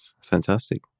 fantastic